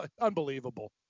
Unbelievable